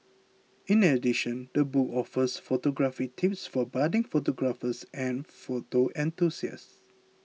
in addition the book offers photography tips for budding photographers and photo enthusiasts